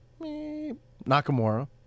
Nakamura